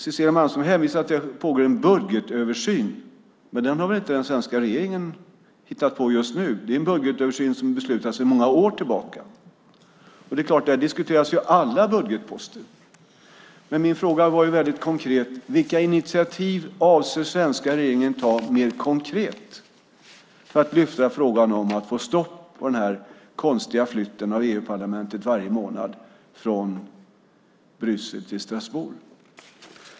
Cecilia Malmström hänvisar till att det pågår en budgetöversyn, men den har väl inte den svenska regeringen hittat på just nu. Det är en budgetöversyn som är beslutad sedan många år tillbaka. Det är klart att alla budgetposter diskuteras där, men min fråga var väldigt konkret: Vilka initiativ avser den svenska regeringen att ta mer konkret för att lyfta fram frågan om att få stopp på den konstiga flytten av EU-parlamentet varje månad från Bryssel till Strasbourg?